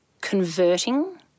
converting